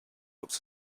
looked